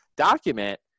document